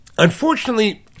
Unfortunately